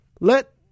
let